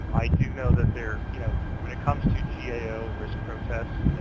i do know that there you know, when it comes to gao risk protests,